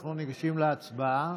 אנחנו ניגשים להצבעה.